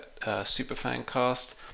Superfancast